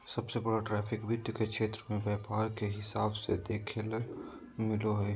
सबसे बड़ा ट्रैफिक वित्त के क्षेत्र मे व्यापार के हिसाब से देखेल मिलो हय